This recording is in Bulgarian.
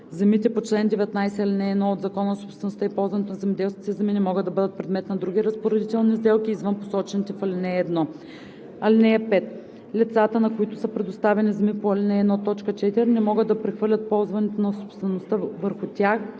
земите по чл. 19, ал. 1 от Закона за собствеността и ползването на земеделските земи не могат да бъдат предмет на други разпоредителни сделки извън посочените в ал. 1. (5) Лицата, на които са предоставени земи по ал. 1, т. 4, не могат да прехвърлят ползването или собствеността върху тях